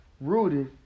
rooted